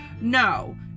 no